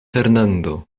fernando